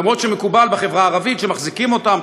אף שמקובל בחברה הערבית שמחזיקים אותם,